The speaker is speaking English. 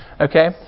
Okay